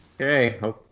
Okay